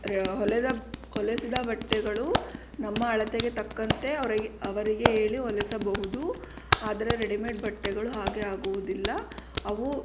ರೆ ಹೊಲೆದ ಹೊಲೆಸಿದ ಬಟ್ಟೆಗಳು ನಮ್ಮ ಅಳತೆಗೆ ತಕ್ಕಂತೆ ಅವ್ರ್ಗೆ ಅವರಿಗೆ ಹೇಳಿ ಹೊಲೆಸಬಹುದು ಆದರೆ ರೆಡಿಮೇಡ್ ಬಟ್ಟೆಗಳು ಹಾಗೆ ಆಗುವುದಿಲ್ಲ ಅವು